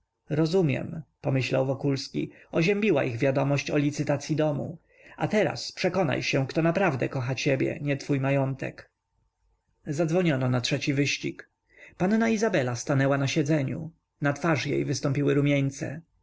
rozumiem pomyślał wokulski oziębiła ich wiadomość o licytacyi domu a teraz dodał w duchu patrząc na pannę izabelę przekonaj się kto naprawdę kocha ciebie nie twój majątek zadzwoniono na trzeci wyścig panna izabela stanęła na siedzeniu na twarz jej wystąpiły